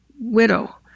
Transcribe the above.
Widow